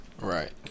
Right